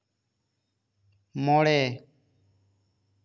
ᱢᱚᱬᱮ